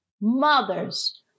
Mothers